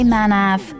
Manav